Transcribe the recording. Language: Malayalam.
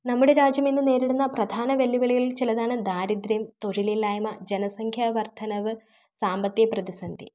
നമ്മുടെ രാജ്യം ഇന്ന് നേരിടുന്ന പ്രധാന വെല്ലുവിളിയിൽ ചിലതാണ് ദാരിദ്ര്യം തൊഴിലില്ലായ്മ ജനസംഖ്യ വർദ്ധനവ് സാമ്പത്തിക പ്രതിസന്ധി